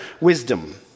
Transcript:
wisdom